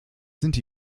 sind